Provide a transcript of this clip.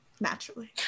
Naturally